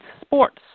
sports